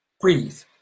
Breathe